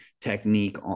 technique